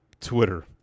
Twitter